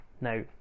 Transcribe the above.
Now